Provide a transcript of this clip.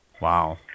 Wow